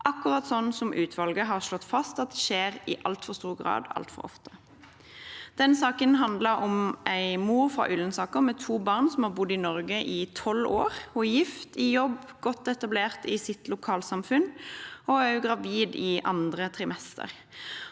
akkurat som utvalget har slått fast at skjer i altfor stor grad, altfor ofte. Den saken handlet om en mor fra Ullensaker som har to barn, og som har bodd i Norge i tolv år. Hun er gift, i jobb og godt etablert i sitt lokalsamfunn. Hun er også gravid i andre trimester.